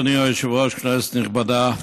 אדוני היושב-ראש, כנסת נכבדה,